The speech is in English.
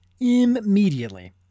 Immediately